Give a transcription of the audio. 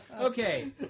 Okay